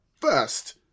first